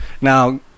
Now